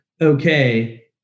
okay